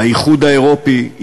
האיחוד האירופי,